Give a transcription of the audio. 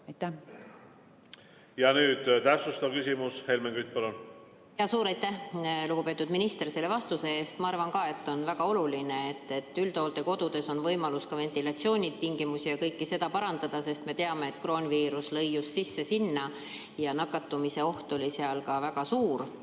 Nüüd täpsustav küsimus. Helmen Kütt, palun! Suur aitäh, lugupeetud minister, selle vastuse eest! Ma arvan ka, et on väga oluline, et üldhooldekodudes on võimalus ventilatsioonitingimusi ja kõike muud parandada, sest me teame, et kroonviirus lõi just sinna sisse ja nakatumise oht oli seal väga suur